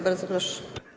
Bardzo proszę.